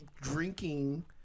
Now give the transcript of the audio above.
drinking